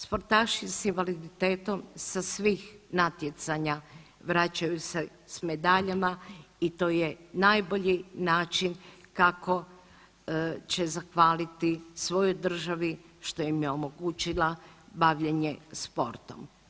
Sportaši s invaliditetom sa svih natjecanja vraćaju s medaljama i to je najbolji način kako će zahvaliti svojoj državi što im je omogućila bavljenje sportom.